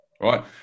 right